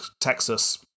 Texas